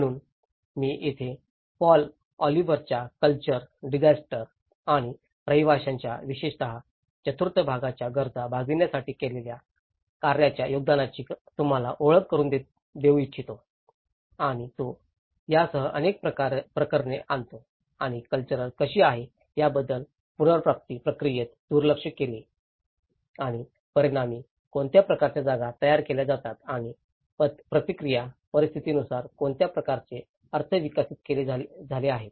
म्हणूनच मी येथे पॉल ऑलिव्हरच्या कल्चर डिजास्टर आणि रहिवाशांच्या विशेषत चतुर्थ भागाच्या गरजा भागविण्यासाठी केलेल्या कार्याच्या योगदानाची तुम्हाला ओळख करुन देऊ इच्छितो आणि तो यासह अनेक प्रकरणे आणतो आणि कल्चर कशी आहे याबद्दल पुनर्प्राप्ती प्रक्रियेत दुर्लक्ष केले आणि परिणामी कोणत्या प्रकारच्या जागा तयार केल्या जातात आणि प्रतिक्रिया परिस्थितीनुसार कोणत्या प्रकारचे अर्थ विकसित झाले आहेत